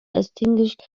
extinguished